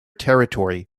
territory